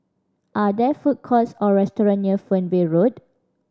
are there food courts or restaurant near Fernvale Road